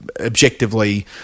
objectively